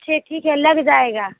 अच्छा ठीक है लग जाएगा